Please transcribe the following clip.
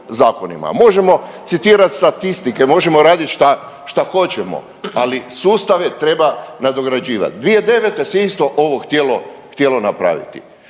Možemo citirati statistike, možemo radit šta hoćemo, ali sustave treba nadograđivati. 2009. se isto ovo htjelo, htjelo napraviti.